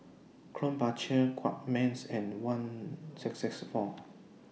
Krombacher Guardsman and one six six four